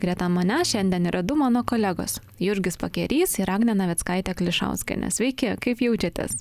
greta manęs šiandien yra du mano kolegos jurgis pakerys ir agnė navickaitė klišauskienė sveiki kaip jaučiatės